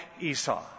Esau